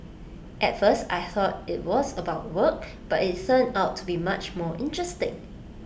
at first I thought IT was about work but IT turned out to be much more interesting